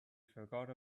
forgot